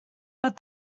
but